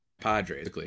Padres